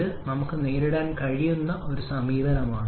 ഇത് നമുക്ക് നേരിടാൻ കഴിയുന്ന ഒരു സമീപനമാണ്